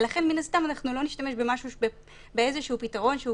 ולכן מן הסתם אנחנו לא נשתמש באיזשהו פתרון שהוא